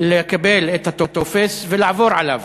לקבל את הטופס ולעבור עליו.